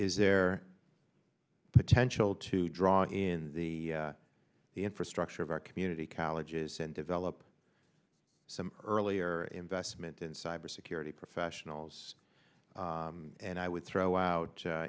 is there potential to draw in the infrastructure of our community colleges and develop some earlier investment in cyber security professionals and i would throw out